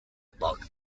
about